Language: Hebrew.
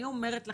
אני אומרת לכם,